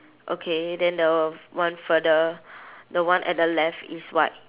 okay then the one further the one at the left is what